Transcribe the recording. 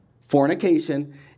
Fornication